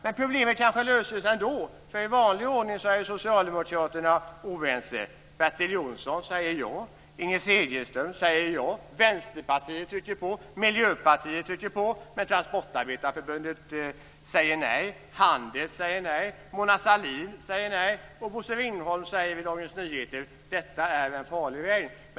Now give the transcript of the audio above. Men problemet kanske löser sig ändå, för i vanlig ordning är socialdemokraterna oense. Vänsterpartiet trycker på. Miljöpartiet trycker på, men Transportarbetareförbundet säger nej. Handels säger nej. Mona Sahlin säger nej och Bosse Ringholm säger enligt Dagens Nyheter: Detta är en farlig väg.